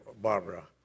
Barbara